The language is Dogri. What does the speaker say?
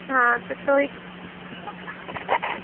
हां ते तुसें